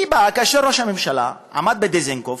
היא באה כאשר ראש הממשלה עמד בדיזנגוף,